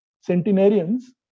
centenarians